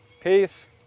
Peace